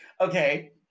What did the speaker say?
Okay